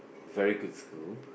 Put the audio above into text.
very good school